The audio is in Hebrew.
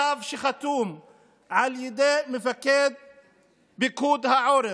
צו שחתום על ידי מפקד פיקוד העורף,